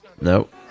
Nope